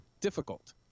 difficult